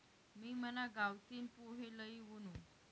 मी मना गावतीन पोहे लई वुनू